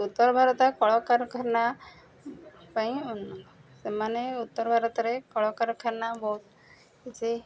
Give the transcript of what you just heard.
ଉତ୍ତର ଭାରତ କଳକାରଖାନା ପାଇଁ ସେମାନେ ଉତ୍ତର ଭାରତରେ କଳକାରଖାନା ବହୁତ କିଛି